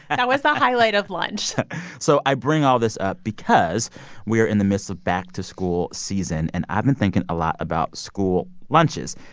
that was the highlight of lunch so i bring all this up because we're in the midst of back-to-school season. and i've been thinking a lot about school lunches,